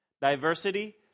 Diversity